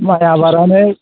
माइ आबादानो